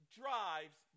drives